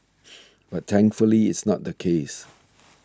but thankfully it's not the case